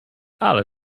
ale